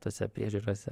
tose priežiūrose